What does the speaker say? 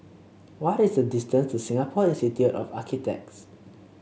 what is the distance to Singapore Institute of Architects